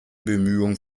bemühungen